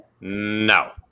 No